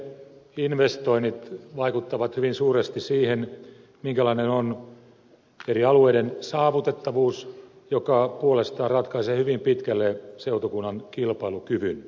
liikenneinvestoinnit vaikuttavat hyvin suuresti siihen minkälainen on eri alueiden saavutettavuus joka puolestaan ratkaisee hyvin pitkälle seutukunnan kilpailukyvyn